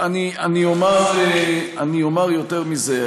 אני אומר יותר מזה,